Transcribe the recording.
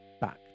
back